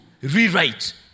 rewrite